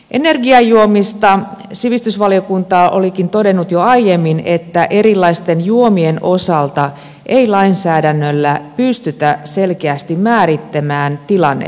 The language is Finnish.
energiajuomista sivistysvaliokunta olikin todennut jo aiemmin että erilaisten juomien osalta ei lainsäädännöllä pystytä selkeästi määrittämään tilannetta